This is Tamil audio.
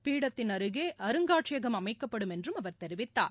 பீடத்தின் அருகே அருங்காட்சியகம் அமைக்கப்படும் என்றும் அவர் தெரிவித்தார்